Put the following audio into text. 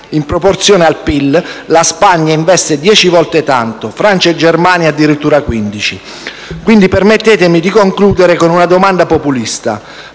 In proporzione al PIL, la Spagna investe 10 volte tanto; Francia e Germania addirittura 15. Quindi permettetemi di concludere con una domanda populista: